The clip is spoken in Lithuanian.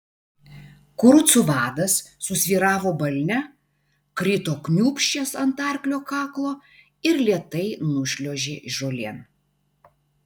kurucų vadas susvyravo balne krito kniūbsčias ant arklio kaklo ir lėtai nušliuožė žolėn